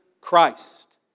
Christ